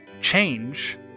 Change